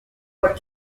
what